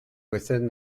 within